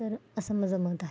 तर असं माझं मत आहे